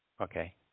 Okay